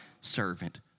servant